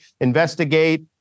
investigate